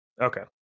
Okay